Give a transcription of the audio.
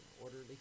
orderly